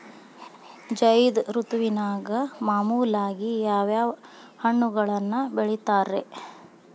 ಝೈದ್ ಋತುವಿನಾಗ ಮಾಮೂಲಾಗಿ ಯಾವ್ಯಾವ ಹಣ್ಣುಗಳನ್ನ ಬೆಳಿತಾರ ರೇ?